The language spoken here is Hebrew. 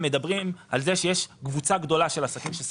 יש קבוצה גדולה של עסקים שסגרו.